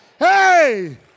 Hey